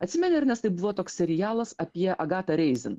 atsimeni ernestai buvo toks serialas apie agatą reizin